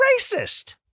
racist